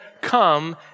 come